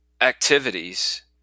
activities